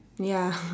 ya